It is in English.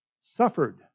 suffered